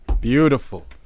Beautiful